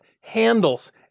handles